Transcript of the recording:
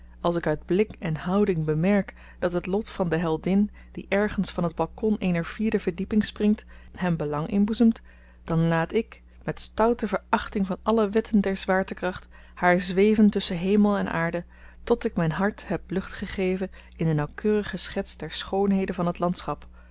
als ik uit blik en houding bemerk dat het lot van de heldin die ergens van t balkon eener vierde verdieping springt hem belang inboezemt dan laat ik met stoute verachting van alle wetten der zwaartekracht haar zweven tusschen hemel en aarde tot ik myn hart heb lucht gegeven in de nauwkeurige schets der schoonheden van het landschap